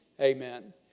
Amen